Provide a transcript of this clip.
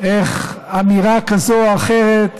איך אמירה כזאת או אחרת,